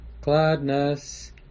gladness